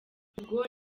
ubwo